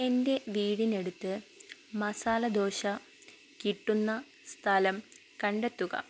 എൻ്റെ വീടിനടുത്ത് മസാലദോശ കിട്ടുന്ന സ്ഥലം കണ്ടെത്തുക